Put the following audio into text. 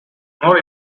more